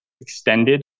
Extended